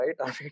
right